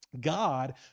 God